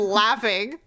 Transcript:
laughing